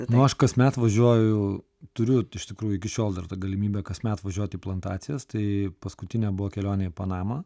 nu aš kasmet važiuoju turiu iš tikrųjų iki šiol dar tą galimybę kasmet važiuot į plantacijas tai paskutinė buvo kelionė į panamą